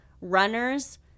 runners